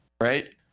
right